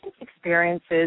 experiences